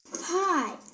Hi